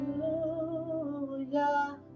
hallelujah